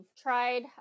tried